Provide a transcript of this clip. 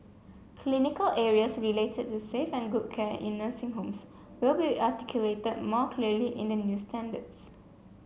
clinical areas related to safe and good care in nursing homes will be articulated more clearly in the new standards